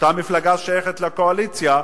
אותה מפלגה ששייכת לקואליציה,